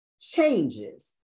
changes